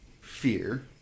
fear